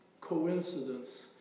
coincidence